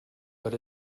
but